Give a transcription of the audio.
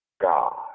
God